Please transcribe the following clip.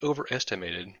overestimated